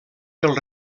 del